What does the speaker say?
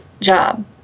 job